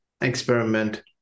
experiment